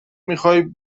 میخوای